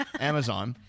Amazon